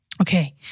Okay